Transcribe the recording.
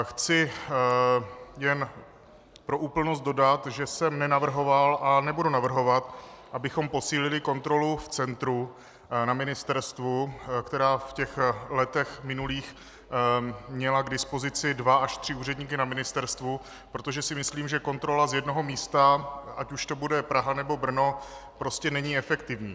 Chci jen pro úplnost dodat, že jsem nenavrhoval a nebudu navrhovat, abychom posílili kontrolu v centru na ministerstvu, která v minulých letech měla k dispozici dva až tři úředníky na ministerstvu, protože si myslím, že kontrola z jednoho místa, ať už to bude Praha, nebo Brno, prostě není efektivní.